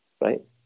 right